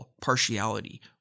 partiality